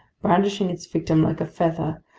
brandishing its victim like a feather,